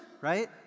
right